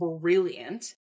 brilliant